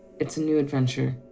it's a new adventure.